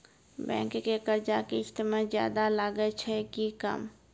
Bank के कर्जा किस्त मे ज्यादा लागै छै कि कम?